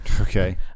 Okay